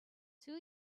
two